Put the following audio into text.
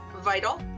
vital